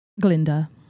Glinda